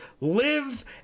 live